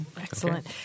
Excellent